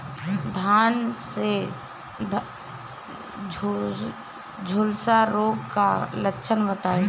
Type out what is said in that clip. धान में झुलसा रोग क लक्षण बताई?